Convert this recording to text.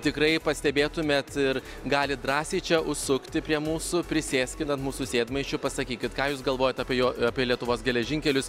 tikrai pastebėtumėt ir galit drąsiai čia užsukti prie mūsų prisėskit ant mūsų sėdmaišių pasakykit ką jūs galvojat apie jo apie lietuvos geležinkelius